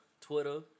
Twitter